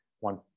One